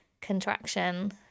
contraction